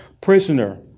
prisoner